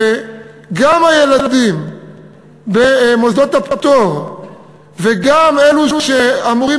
שגם הילדים במוסדות הפטור וגם אלו שאמורים,